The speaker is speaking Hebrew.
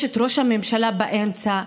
יש ראש הממשלה באמצע,